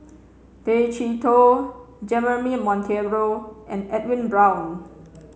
Tay Chee Toh Jeremy Monteiro and Edwin Brown